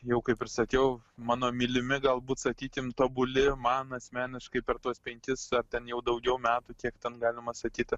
jau kaip ir sakiau mano mylimi galbūt sakykim tobuli man asmeniškai per tuos penkis ar ten jau daugiau metų kiek ten galima sakyti